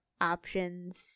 options